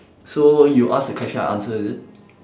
so you ask the question I answer is it